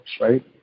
right